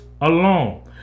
alone